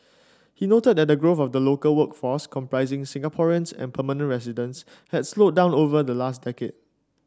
he noted that growth of the local workforce comprising Singaporeans and permanent residents had slowed down over the last decade